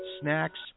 snacks